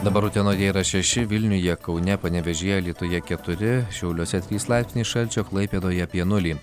dabar utenoje yra šeši vilniuje kaune panevėžyje alytuje keturi šiauliuose trys laipsniai šalčio klaipėdoje apie nulį